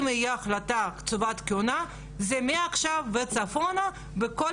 אם תהיה החלטה על קציבת כהונה זה מעכשיו וצפונה בכל